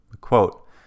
Quote